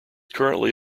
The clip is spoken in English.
currently